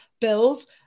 bills